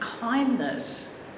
kindness